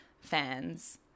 fans